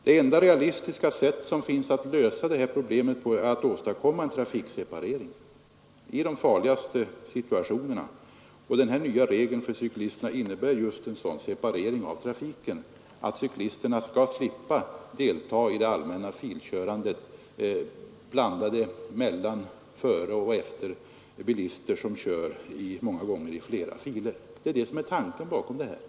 Det enda realistiska sätt som finns för att lösa problemet är att åstadkomma en trafikseparering i de farligaste situationerna, och den här nya regeln för cyklisterna innebär just en sådan separering av trafiken att cyklisterna skall slippa delta i det allmänna filkörandet mellan, före och efter bilister som många gånger kör i flera filer. Det är det som är tanken bakom denna regel.